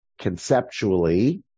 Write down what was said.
conceptually